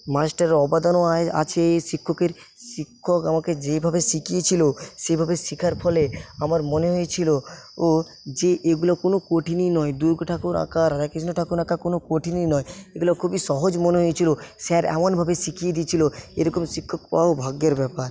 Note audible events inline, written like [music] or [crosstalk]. মাস্টারের [unintelligible] আছে শিক্ষকের শিক্ষক আমাকে যেইভাবে শিখিয়েছিল সেইভাবে শেখার ফলে আমার মনে হয়েছিল যে ও এইগুলো কোনো কঠিনই নয় দুর্গা ঠাকুর আঁকা রাধাকৃষ্ণ ঠাকুর আঁকা কোনো কঠিনই নয় এগুলো খুবই সহজ মনে হয়েছিল স্যার এমনভাবে শিখিয়ে দিয়েছিল এরকম শিক্ষক পাওয়াও ভাগ্যের ব্যাপার